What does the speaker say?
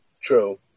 True